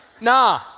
Nah